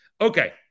Okay